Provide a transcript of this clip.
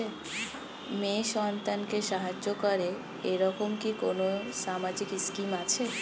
মেয়ে সন্তানকে সাহায্য করে এরকম কি কোনো সামাজিক স্কিম আছে?